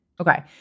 Okay